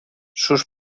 sus